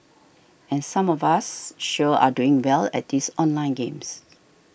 and some of us sure are doing well at these online games